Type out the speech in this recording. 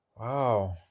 Wow